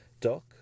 dock